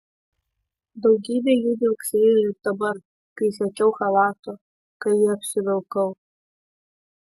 daugybė jų dilgsėjo ir dabar kai siekiau chalato kai jį apsivilkau